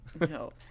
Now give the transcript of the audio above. no